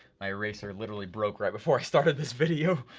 my eraser literally broke right before i started this video,